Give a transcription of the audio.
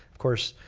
of course,